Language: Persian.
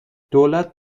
دولت